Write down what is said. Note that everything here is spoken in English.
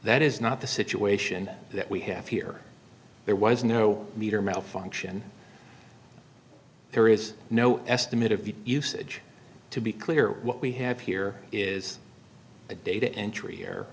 that is not the situation that we have here there was no meter malfunction there is no estimate of usage to be clear what we have here is a data entry